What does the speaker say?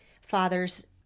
fathers